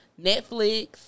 Netflix